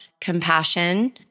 compassion